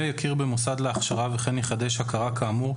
יכיר במוסד להכשרה וכן יחדש הכרה כאמור,